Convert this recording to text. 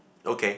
okay